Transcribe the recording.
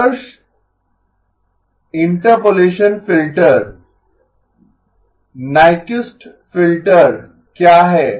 आदर्श interpolation filter Nyquist filter क्या है